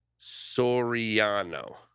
Soriano